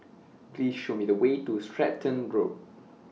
Please Show Me The Way to Stratton Road